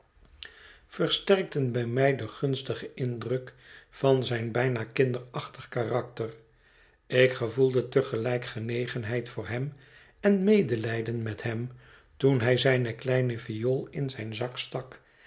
versterkten bij mij den gunstigen indruk van zijn bijna kinderachtig karakter ik gevoelde te gelijk genegenheid voor hem en medelijden met hem toen hij zijne kleine viool in zijn zak stak